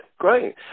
Great